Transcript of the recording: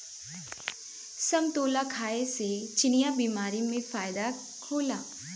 समतोला खाए से चिनिया बीमारी में फायेदा होला